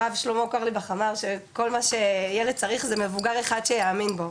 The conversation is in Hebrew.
הרב שלמה קרליבך אמר שכל מה שילד צריך זה מבוגר אחד שיאמין בו